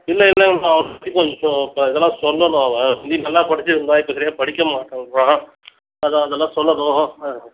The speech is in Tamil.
இல்லை இல்லைங்கம்மா அவனை பற்றி கொஞ்சம் இதெல்லாம் சொல்லணும் அவன் முந்தி நல்லா படிச்சிட்டுருந்தான் இப்போ சரியா படிக்கமாட்டேன்கிறான் இப்போ அதான் அதெல்லாம் சொல்லணும் ஆ